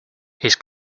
his